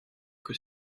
que